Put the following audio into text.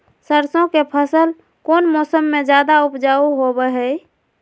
सरसों के फसल कौन मौसम में ज्यादा उपजाऊ होबो हय?